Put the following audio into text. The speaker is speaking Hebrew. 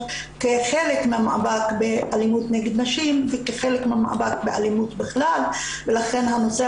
כחלק מהמאבק באלימות נגד נשים ובאלימות בכלל ולכן הנושא